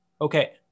Okay